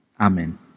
Amen